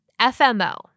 FMO